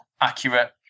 accurate